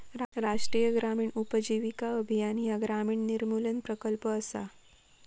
राष्ट्रीय ग्रामीण उपजीविका अभियान ह्या गरिबी निर्मूलन प्रकल्प असा